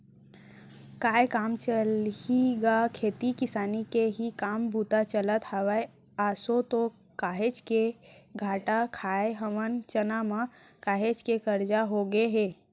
काय काम चलही गा खेती किसानी के ही काम बूता चलत हवय, आसो तो काहेच के घाटा खाय हवन चना म, काहेच के करजा होगे हे